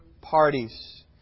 parties